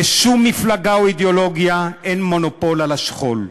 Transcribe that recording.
לשום מפלגה או אידיאולוגיה אין מונופול על השכול,